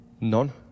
None